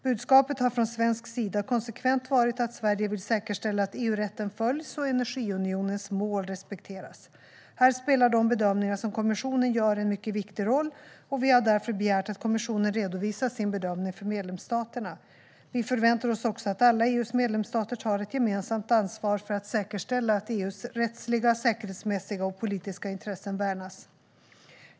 Budskapet har från svensk sida konsekvent varit att Sverige vill säkerställa att EU-rätten följs och energiunionens mål respekteras. Här spelar de bedömningar som kommissionen gör en mycket viktig roll, och vi har därför begärt att kommissionen redovisar sin bedömning för medlemsstaterna. Vi förväntar oss också att alla EU:s medlemsstater tar ett gemensamt ansvar för att säkerställa att EU:s rättsliga, säkerhetsmässiga och politiska intressen värnas.